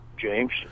James